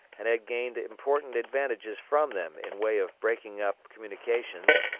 and had gained important advantages from them in way of breaking up communications,